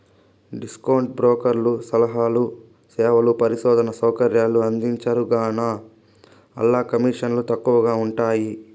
discount బ్రోకర్లు సలహాలు, సేవలు, పరిశోధనా సౌకర్యాలు అందించరుగాన, ఆల్ల కమీసన్లు తక్కవగా ఉంటయ్యి